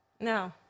No